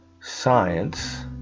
science